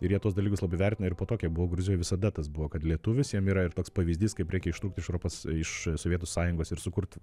ir jie tuos dalyvius labai vertina ir po kiek buvau gruzijoj visada tas buvo kad lietuvis jiem yra ir toks pavyzdys kaip reikia ištrūkt iš europos iš sovietų sąjungos ir sukurt